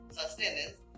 sustenance